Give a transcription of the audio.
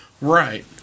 Right